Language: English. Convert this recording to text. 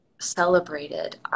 celebrated